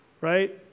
right